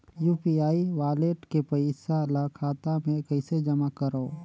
UPI wallet के पईसा ल खाता मे कइसे जमा करव?